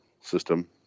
system